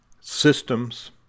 systems